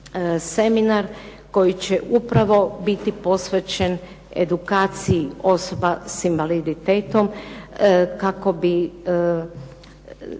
seminar koji će upravo biti posvećen edukaciji osoba s invaliditetom kako bi